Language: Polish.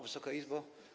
Wysoka Izbo!